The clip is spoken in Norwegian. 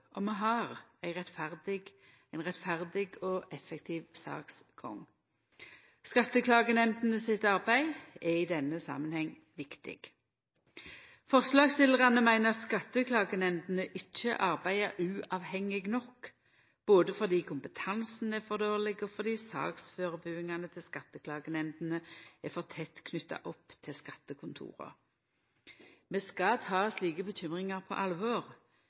har ein rettferdig og effektiv saksgang. Skatteklagenemndene sitt arbeid er i denne samanhengen viktig. Forslagsstillarane meiner skatteklagenemndene ikkje arbeider uavhengig nok, både fordi kompetansen er for dårleg, og fordi saksførebuingane til skatteklagenemndene er for tett knytte opp til skattekontora. Vi skal ta slike bekymringar på alvor,